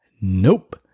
Nope